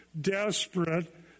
desperate